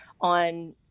on